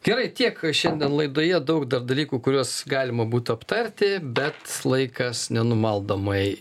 gerai tiek šiandien laidoje daug dar dalykų kuriuos galima būtų aptarti bet laikas nenumaldomai